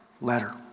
letter